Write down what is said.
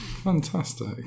Fantastic